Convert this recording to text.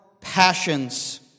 passions